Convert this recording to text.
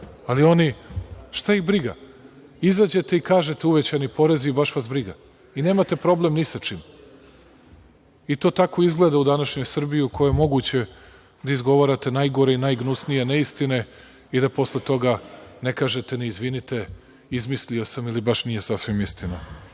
Ali oni, šta ih briga, izađete i kažete – uvećani porezi i baš vas briga, vi nemate problem ni sa čim. I to tako izgleda u današnjoj Srbiji, u kojoj je moguće da izgovarate najgore i najgnusnije neistine i da posle toga ne kažete ni - izvinite, izmislio sam ili baš nije sasvim